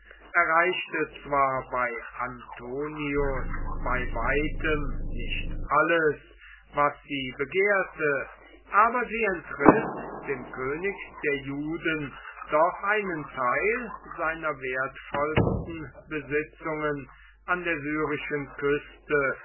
erreichte zwar bei antonius bei weitem nicht alles was sie begehrte aber sie entriß dem könig der juden doch einen teil seiner wertvollsten besitzungen an der syrischen küste